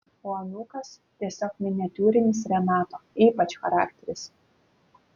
o anūkas tiesiog miniatiūrinis renato ypač charakteris